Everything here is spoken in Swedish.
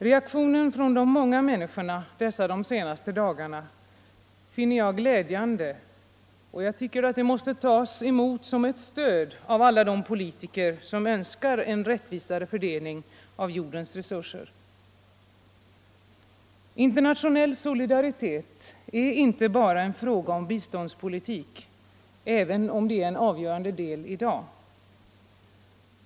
Reaktionen från de många människorna dessa de senaste dagarna finner jag glädjande, och jag tycker den måste tas emot som ett stöd av alla de politiker som önskar en rättvisare fördelning av jordens resurser. Internationell solidaritet är inte bara en fråga om biståndspolitik, även om det är en avgörande del i dag.